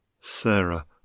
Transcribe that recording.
Sarah